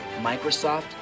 Microsoft